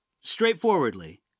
straightforwardly